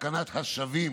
ותקנת השבים,